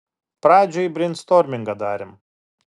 pradžioj breinstormingą darėm